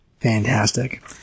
Fantastic